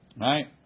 right